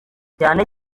cyane